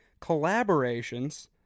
collaborations